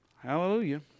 Hallelujah